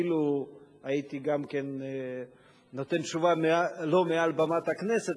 אילו הייתי נותן תשובה לא מעל במת הכנסת,